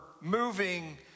moving